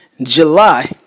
July